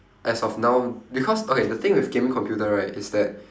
as of now because okay the thing with gaming computer right is that